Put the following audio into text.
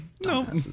no